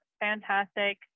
Fantastic